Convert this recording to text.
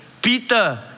Peter